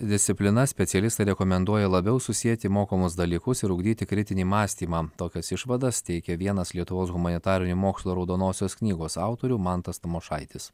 disciplinas specialistai rekomenduoja labiau susieti mokomus dalykus ir ugdyti kritinį mąstymą tokias išvadas teikia vienas lietuvos humanitarinių mokslo raudonosios knygos autorių mantas tamošaitis